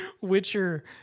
Witcher